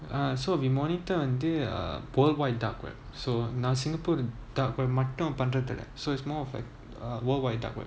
ah so we monitor a வந்து:vanthu worldwide dark web so now singapore the dark web மட்டும்பண்றதில்ல:mattum panrathilla so it's more of like uh worldwide dark web